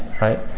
right